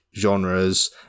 genres